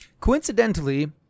coincidentally